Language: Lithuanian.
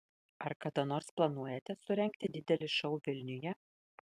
ar kada nors planuojate surengti didelį šou vilniuje